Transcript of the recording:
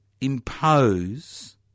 impose